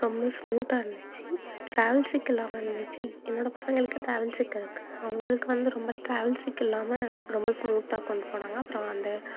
ரொம்ப ஸ்மூத்தாக இருந்துச்சு டிராவல் சிக் இல்லாமல் இருந்துச்சு என்னோடய பசங்களுக்கு டிராவல் சிக் இருக்குது அவங்களுக்கு வந்து ரொம்ப டிராவல் சிக் இல்லாமல் ரொம்ப ஸ்மூத்தாக கொண்டு போனாங்க அப்புறம் அந்த